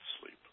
sleep